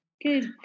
Good